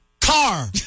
car